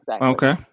Okay